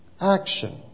action